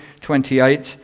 28